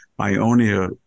Ionia